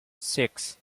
six